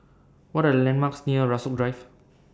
What Are The landmarks near Rasok Drive